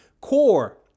core